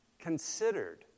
considered